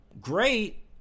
great